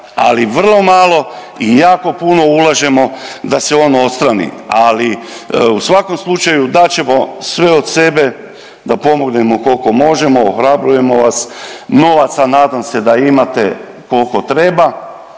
ali vrlo malo i jako puno ulažemo da se on odstrani, ali u svakom slučaju dat ćemo sve od sebe da pomognemo koliko možemo, ohrabrujemo vas, novac nadam se da imate koliko treba,